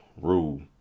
rule